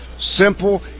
simple